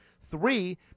three